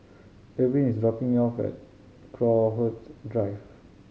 Erving is dropping me off at Crowhurst Drive